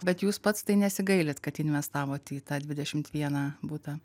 bet jūs pats tai nesigailit kad investavot į tą dvidešimt vieną butą